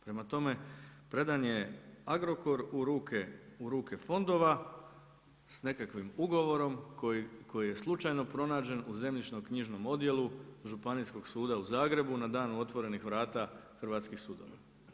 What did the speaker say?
Prema tome, predan je Agrokor u ruke fondova s nekakvim ugovorom koji je slučajno pronađen u Zemljišno-knjižnom odjelu Županijskog suda u Zagrebu na Danu otvorenih vrata hrvatskih sudova.